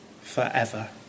forever